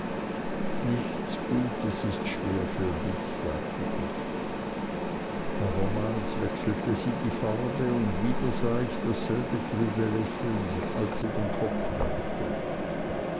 nichts gutes ist schwer für dich sagte ich abermals wechselte sie die farbe und wieder sah ich dasselbe trübe lächeln als sie den kopf neigte